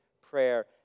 prayer